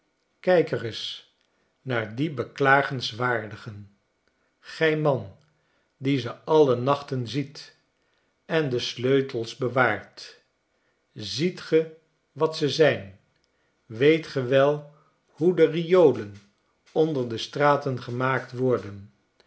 kijk reis naar die beklagenswaardigen gij man die ze alle naehten ziet en de sleutels bewaart ziet ge wat ze zijn weetge wel hoe de riolen onder de straten gemaakt worden